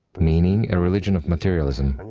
meaning, a religion of materialism.